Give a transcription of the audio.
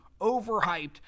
overhyped